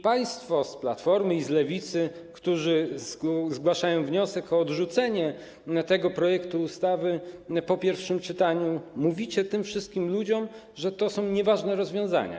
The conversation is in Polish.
Państwo z Platformy i z Lewicy, którzy zgłaszają wniosek o odrzucenie tego projektu ustawy po pierwszym czytaniu, mówicie tym wszystkim ludziom, że to są nieważne rozwiązania.